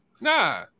Nah